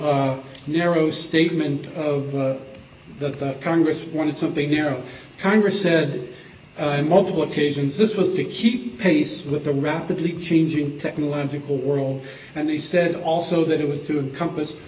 narrow statement of the congress wanted something narrow congress said multiple occasions this was to keep pace with a rapidly changing technological world and they said also that it was to encompass